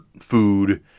food